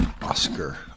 Oscar